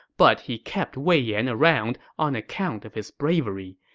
but he kept wei yan around on account of his bravery.